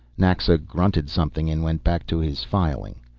naxa grunted something and went back to his filing.